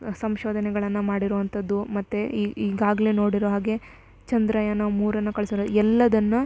ಸಂಶೋಧನೆಗಳನ್ನು ಮಾಡಿರುವಂಥದ್ದು ಮತ್ತು ಈಗಾಗ್ಲೇ ನೋಡಿರೋ ಹಾಗೆ ಚಂದ್ರಯಾನ ಮೂರನ್ನು ಕಳ್ಸಿರೋ ಎಲ್ಲದನ್ನು